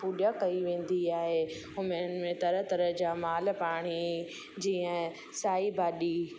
पूॼा कई वेंदी आहे उन में तरह तरह जा माल पाणी जीअं साई भाॼी